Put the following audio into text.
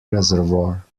reservoir